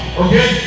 okay